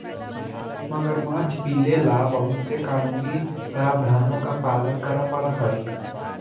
मगरमच्छ पीले ला बहुत से कानूनी प्रावधानों का पालन करे पडा हई